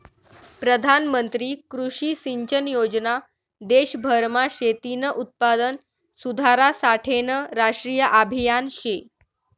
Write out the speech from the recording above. प्रधानमंत्री कृषी सिंचन योजना देशभरमा शेतीनं उत्पादन सुधारासाठेनं राष्ट्रीय आभियान शे